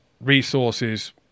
resources